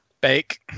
Bake